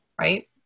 Right